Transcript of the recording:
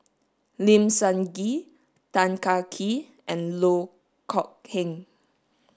Lim Sun Gee Tan Kah Kee and Loh Kok Heng